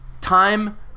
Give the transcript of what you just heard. time